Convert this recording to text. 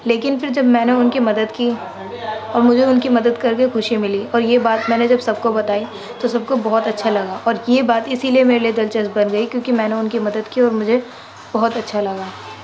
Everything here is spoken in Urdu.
لیکن پھر جب میں نے ان کی مدد کی اور مجھے ان کی مدد کرکے خوشی ملی اور یہ بات میں نے جب سب کو بتائی تو سب کو بہت اچھا لگا اور یہ بات اسی لیے میرے لیے دلچسپ بن گئی کیونکہ میں نے ان کی مدد کی وہ مجھے بہت اچھا لگا